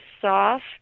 soft